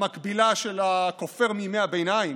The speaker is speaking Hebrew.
המקבילה של ה"כופר" מימי הביניים,